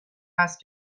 هست